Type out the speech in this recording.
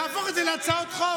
תהפוך את זה להצעות חוק.